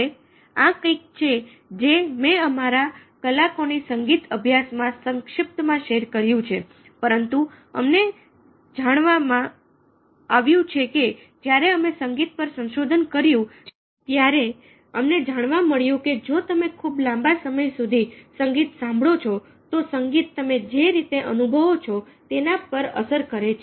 હવે આ કંઇક છે જે મેં અમારા કલાકોના સંગીત અભ્યાસમાં સંક્ષિપ્તમાં શેર કર્યું છે પરંતુ અમને જાણવા મળ્યું છે કે જ્યારે અમે સંગીત પર સંશોધન કર્યું ત્યારે અમને જાણવા મળ્યું કે જો તમે ખૂબ લાંબા સમય સુધી સંગીત સાંભળો છો તો સંગીત તમે જે રીતે અનુભવો છો તેના પર અસર કરે છે